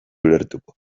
ulertuko